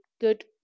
good